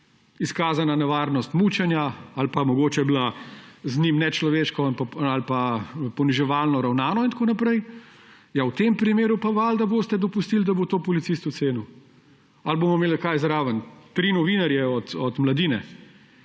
izkazana nevarnost mučenja ali pa se je mogoče z njim nečloveško ali poniževalno ravnano in tako naprej. Ja, v tem primeru pa valjda boste dopustili, da bo to policist ocenil. Ali bomo imeli – kaj zraven? Tri novinarje od Mladine,